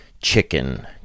chicken